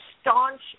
staunch